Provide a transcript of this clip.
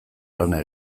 lana